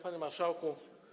Panie Marszałku!